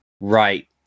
right